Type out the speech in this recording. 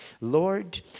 Lord